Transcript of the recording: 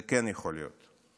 זה כן יכול להיות.